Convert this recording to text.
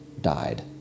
died